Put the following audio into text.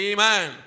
Amen